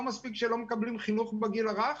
לא מספיק שלא משתתפים איתכם בעלויות החינוך לגיל הרך,